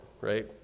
right